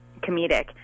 comedic